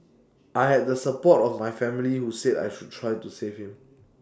I had the support of my family who said I should try to save him